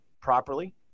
properly